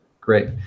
Great